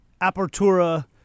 apertura